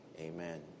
Amen